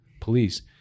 police